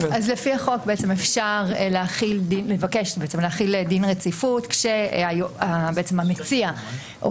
אז לפי החוק אפשר לבקש להחיל דין רציפות כשהמציע או